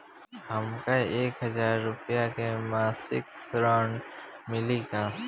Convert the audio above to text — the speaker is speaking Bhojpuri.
हमका एक हज़ार रूपया के मासिक ऋण मिली का?